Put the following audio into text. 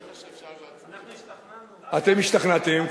אנחנו השתכנענו.